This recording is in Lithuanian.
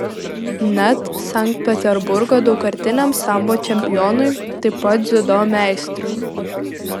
net sankt peterburgo daugkartiniam sambo čempionui taip pat dziudo meistrui